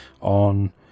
On